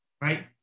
Right